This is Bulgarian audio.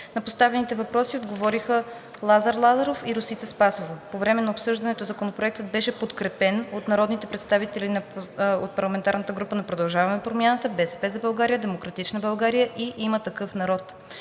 На поставените въпроси отговориха Лазар Лазаров и Росица Спасова. По време на обсъждането Законопроектът беше подкрепен от народните представители от парламентарната група на „Продължаваме промяната“, „БСП за България“, „Демократична България“ и „Има такъв народ“